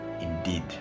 indeed